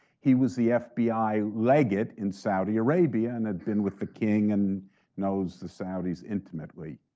he was the fbi legat in saudi arabia, and had been with the king, and knows the saudi's intimately.